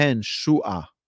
shua